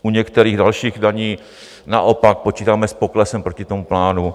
U některých dalších daní naopak počítáme s poklesem proti tomu plánu.